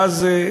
ואז,